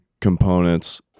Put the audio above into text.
components